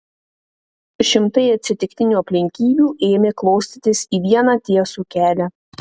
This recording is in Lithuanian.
šimtai atsitiktinių aplinkybių ėmė klostytis į vieną tiesų kelią